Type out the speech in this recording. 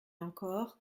encore